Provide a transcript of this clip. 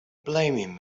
blaming